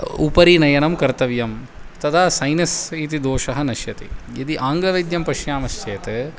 उपरि नयनं कर्तव्यं तदा सैनस् इति दोषः नश्यति यदि आङ्ग्लविद्यं पश्यामश्चेत्